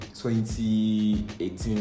2018